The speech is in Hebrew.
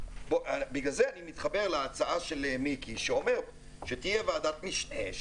בגלל זה אני מתחבר להצעה של מיקי לוי שאומרת שתהיה ועדת משנה,